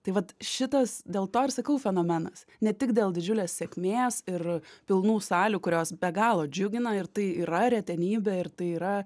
tai vat šitas dėl to ir sakau fenomenas ne tik dėl didžiulės sėkmės ir pilnų salių kurios be galo džiugina ir tai yra retenybė ir tai yra